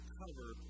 cover